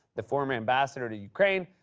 the former ambassador to ukraine,